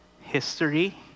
history